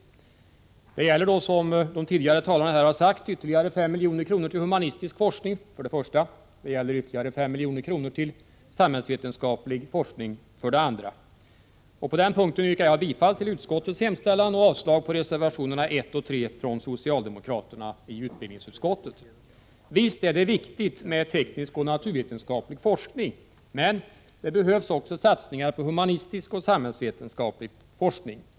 För det första gäller det, som de tidigare talarna här ha sagt, ytterligare 5 milj.kr. till humanistisk forskning. För det andra gäller det ytterligare 5 milj. till samhällsvetenskaplig forskning. På den punkten yrkar jag bifall till utskottets hemställan och avslag på reservationerna 1 och 3 från socialdemokraterna i utbildningsutskottet. Visst är det viktigt med teknisk och naturvetenskaplig forskning. Men det behövs också satsningar på humanistisk och samhällsvetenskaplig forskning.